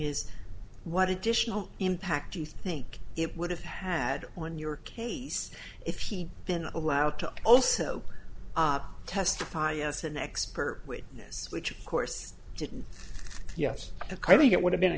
is what additional impact do you think it would have had on your case if he'd been allowed to also testify as an expert witness which of course didn't yes i think it would have been a